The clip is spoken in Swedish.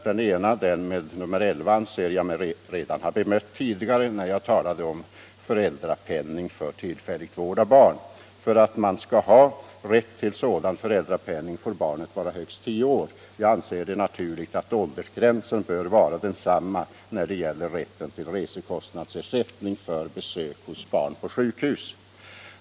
Den ena, reservationen 11, anser jag mig ha bemött tidigare, när jag talade om föräldrapenning för tillfällig vård av barn. För att man skall ha rätt till sådan föräldrapenning får barnet vara högst tio år. Jag anser det naturligt att åldersgränsen är densamma när det gäller rätten till resekostnadsersättning för besök hos barn på sjukhus.